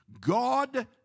God